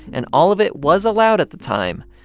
and all of it was allowed at the time.